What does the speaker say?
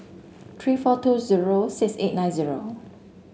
three four two zero six eight nine zero